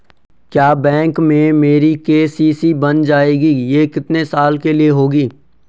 क्या बैंक में मेरी के.सी.सी बन जाएगी ये कितने साल के लिए होगी?